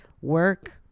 Work